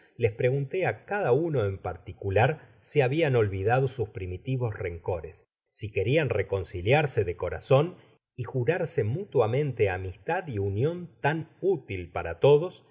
les pregunté á cada uno en particular si habian olvidado sus primitivos rencores si querian reconciliarse de corazon y jurarse mutuamente amistad y union tan útil para todos